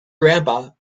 grandpa